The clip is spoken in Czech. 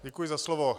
Děkuji za slovo.